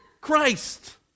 Christ